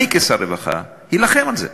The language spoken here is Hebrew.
אני, כשר רווחה, אלחם על זה.